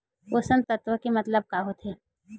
पोषक तत्व के मतलब का होथे?